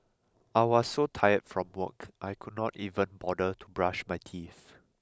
I was so tired from work I could not even bother to brush my teeth